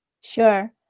Sure